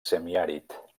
semiàrid